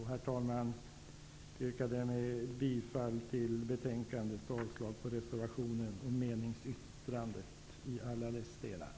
Herr talman! Jag yrkar härmed bifall till utskottets hemställan och avslag på reservationen och meningsyttringen i alla dess delar.